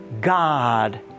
God